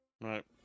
Right